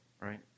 right